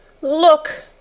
Look